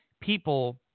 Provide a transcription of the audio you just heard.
people